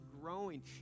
growing